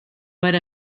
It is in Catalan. per